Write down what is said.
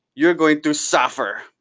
you're going to suffer.